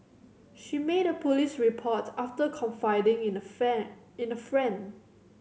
she made a police report after confiding in a fan in a friend